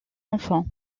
enfants